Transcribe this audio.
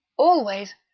always,